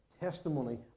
testimony